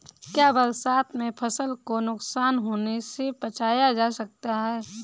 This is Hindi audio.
क्या बरसात में फसल को नुकसान होने से बचाया जा सकता है?